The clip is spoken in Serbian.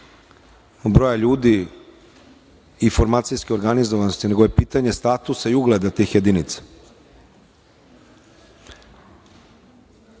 broja ljudi informacijske organizovanosti, nego je pitanje statusa i ugleda tih jedinica. Da